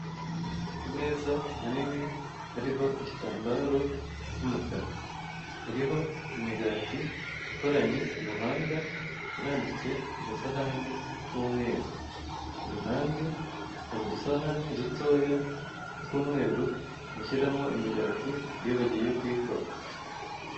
Ameza manini ariho igitambaro cy'umukara. Hariho imigati ikoranye ubuhanga, irambitse ku gasahani k'umweru. Iruhande hari udusahane dutoya tw'umweru bashyiramo imigati iyo bagiye kuyikora.